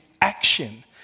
action